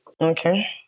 Okay